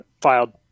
filed